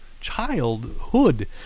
childhood